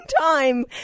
time